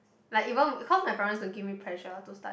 like even because my parents won't give me pressure to study